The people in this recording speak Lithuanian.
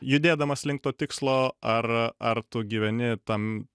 judėdamas link to tikslo ar ar tu gyveni tam